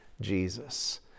Jesus